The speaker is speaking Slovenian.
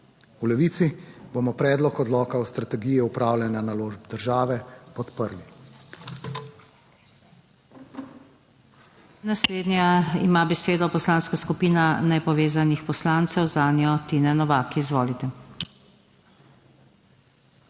V Levici bomo predlog odloka o strategiji upravljanja naložb države podprli.